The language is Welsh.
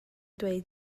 dweud